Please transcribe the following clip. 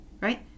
right